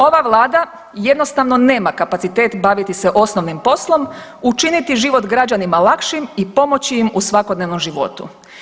Ova Vlada jednostavno nema kapacitet baviti se osnovnim poslom, učiniti život građanima lakšim i pomoći im u svakodnevnom životu.